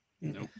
No